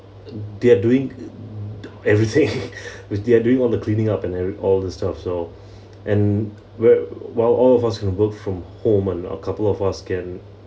they're doing everything with they're doing all the cleaning up and every all this stuff so and wh~ while all of us can work from home and a couple of us can